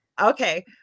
okay